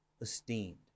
esteemed